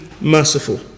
merciful